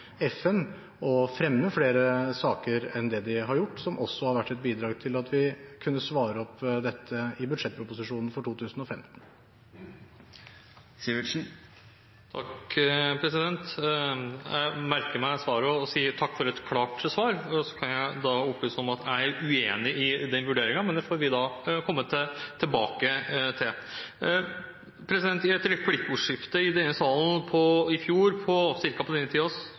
FN å fremme flere saker enn det de har gjort, som også har vært et bidrag til at vi kunne svare opp dette i budsjettproposisjonen for 2015. Jeg merker meg svaret, og sier takk for et klart svar. Og så kan jeg opplyse om at jeg er uenig i den vurderingen, men det får vi komme tilbake til. I et replikkordskifte i denne salen i fjor, ca. på denne